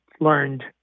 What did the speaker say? learned